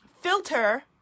filter